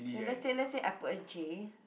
then let's say let's say I put a J